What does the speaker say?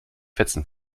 fetzen